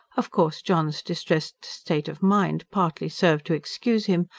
of course john's distressed state of mind partly served to excuse him.